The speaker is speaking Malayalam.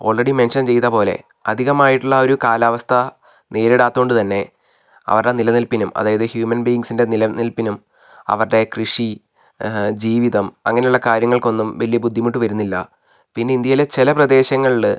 ഓൾറെഡി മെൻഷൻ ചെയ്ത പോലെ അധികമായിട്ടുള്ള ആ ഒരു കാലാവസ്ഥ നേരിടാത്തത് കൊണ്ട് തന്നെ അവരുടെ നിലനിൽപ്പിനും അതായത് ഹ്യൂമൻ ബീയിങ്സിൻ്റെ നിലനിൽപ്പിനും അവരുടെ കൃഷി ജീവിതം അങ്ങനെയുള്ള കാര്യങ്ങൾക്കൊന്നും വലിയ ബുദ്ധിമുട്ട് വരുന്നില്ല പിന്നെ ഇന്ത്യയിലെ ചില പ്രദേശങ്ങളില്